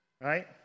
right